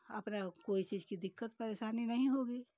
अपना कोई चीज़ की दिक्कत परेशानी नहीं होगी